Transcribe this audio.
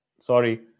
Sorry